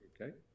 Okay